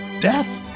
death